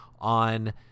on